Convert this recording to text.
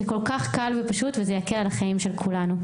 זה כל כך קל ופשוט וזה יקל על החיים של כולנו.